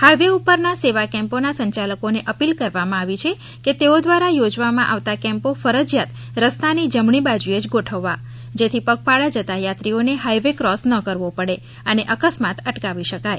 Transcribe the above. highway ઉપરના સેવા કેમ્પોાના સંચાલકોને અપીલ કરવામાં આવી છે કે તેઓ દ્વારા યોજવામાં આવતા કેમ્પોે ફરજીયાત રસ્તાોની જમણી બાજુએ જ ગોઠવવા જેથી પગપાળા જતાં યાત્રીઓને હાઇવે ક્રોસ ન કરવો પડે અને અકસ્માએતો અટકાવી શકાય